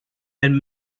and